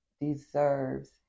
deserves